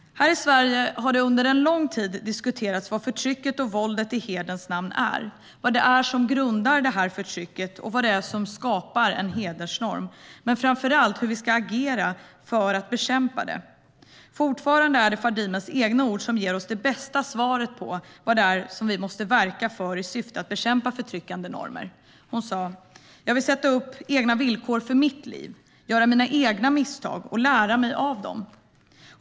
Här i Sverige har det under lång tid diskuterats vad förtrycket och våldet i hederns namn är, vad det är som grundar förtrycket och vad det är som skapar en hedersnorm - framför allt hur vi ska agera för att bekämpa det. Fortfarande är det Fadimes egna ord som ger oss det bästa svaret på vad det är vi måste verka för i syfte att bekämpa förtryckande normer. Hon sa: Jag vill sätta upp egna villkor för mitt liv, göra mina egna misstag och lära mig av dem.